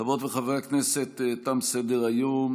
חברות וחברי הכנסת, תם סדר-היום.